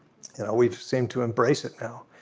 we've seemed to embrace it now.